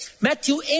Matthew